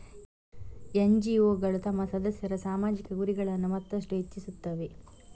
ಎನ್.ಜಿ.ಒಗಳು ತಮ್ಮ ಸದಸ್ಯರ ಸಾಮಾಜಿಕ ಗುರಿಗಳನ್ನು ಮತ್ತಷ್ಟು ಹೆಚ್ಚಿಸುತ್ತವೆ